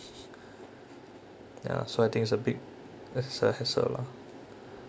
ya so I think it's a big has~ uh hassle lah